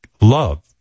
love